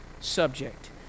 subject